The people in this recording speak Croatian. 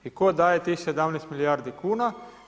I tko daje tih 17 milijardi kuna?